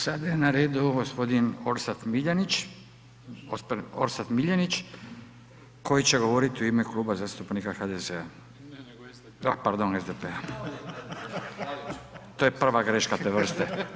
Sada je na redu gospodin Orsat Miljenić, Orsat Miljenić koji će govoriti u ime Kluba zastupnika HDZ-a [[Upadica: Ne nego SDP-a.]] a pardon SDP-a, to je prva greška te vrste.